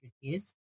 years